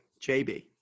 JB